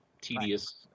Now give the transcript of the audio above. tedious